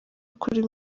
kuri